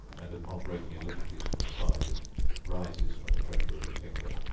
and, upon breaking a little piece from the side, it rises from the pressure of the finger,